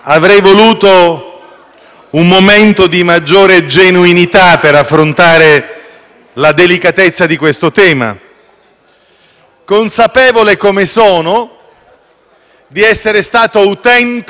un momento di maggiore genuinità per affrontare la delicatezza di questo tema, consapevole - come sono - di essere stato utente della giustizia.